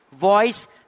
voice